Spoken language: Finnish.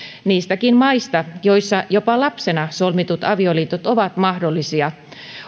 niistäkin maista joissa jopa lapsena solmitut avioliitot ovat mahdollisia